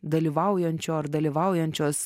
dalyvaujančių ar dalyvaujančios